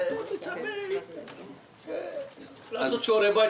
אני מצפה שתעשו שיעורי בית,